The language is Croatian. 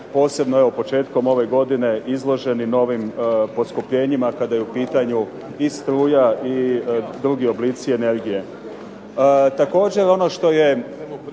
posebno evo početkom ove godine izloženi novim poskupljenjima kada je u pitanju i struja i drugi oblici energije. Također ono što je